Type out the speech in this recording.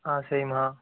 ஆ சரிம்மா